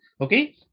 okay